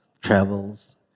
travels